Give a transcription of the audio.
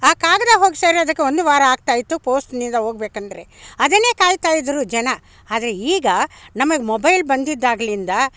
ಆ ಕಾಗದ ಹೋಗಿ ಸೇರೋದಕ್ಕೆ ಒಂದು ವಾರ ಆಗ್ತಾಯಿತ್ತು ಪೋಸ್ಟ್ನಿಂದ ಹೋಗ್ಬೇಕೆಂದ್ರೆ ಅದನ್ನೇ ಕಾಯ್ತಾಯಿದ್ರು ಜನ ಆದರೆ ಈಗ ನಮಗೆ ಮೊಬೈಲ್ ಬಂದಿದ್ದಾಗ್ಲಿಂದ